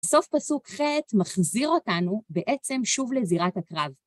סוף פסוק ח' מחזיר אותנו בעצם שוב לזירת הקרב.